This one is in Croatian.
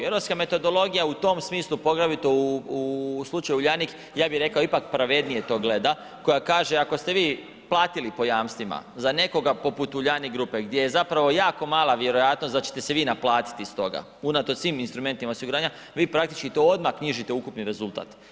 Europska metodologija u tom smislu poglavito u slučaju Uljanik ja bih rekao ipak pravednije to gleda, koja kaže ako ste vi platili po jamstvima za nekoga poput Uljanik grupe gdje je zapravo jaka mala vjerojatnost da ćete se vi naplatiti iz toga unatoč svim instrumentima osiguranja, vi praktički to odmah knjižite u ukupni rezultat.